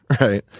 right